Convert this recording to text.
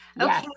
Okay